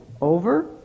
over